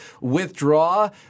withdraw